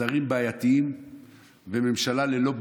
שרים בעייתיים וממשלה ללא בלמים,